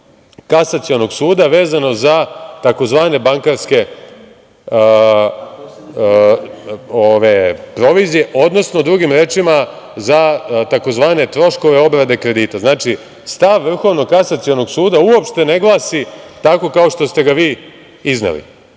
kasacionog suda vezano za tzv. bankarske provizije, odnosno, drugim rečima, za tzv. troškove obrade kredita. Znači, stav Vrhovnog kasacionog suda uopšte ne glasi tako kao što ste ga vi izneli,